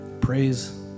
praise